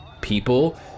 people